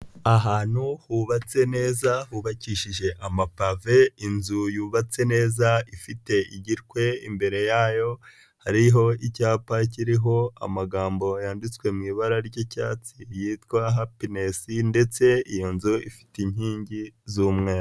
Ahantu hubatse neza, hubakishije amapave, inzu yubatse neza ifite igitwe imbere yayo hariho icyapa kiriho amagambo yanditswe m'ibara ry'icyatsi yitwa hapinesi ndetse iyo nzu ifite inkingi z'umweru.